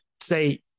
Say